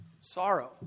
Sorrow